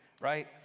right